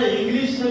English